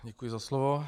Děkuji za slovo.